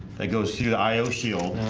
that goes through the i o shield